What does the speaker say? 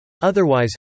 Otherwise